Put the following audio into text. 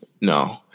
No